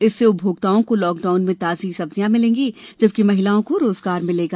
इससे उपभोक्ताओं को लॉक डाउन में ताजी सब्जियां मिलेगी जबकि महिलाओं को रोजगार मिलेगा